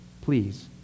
Please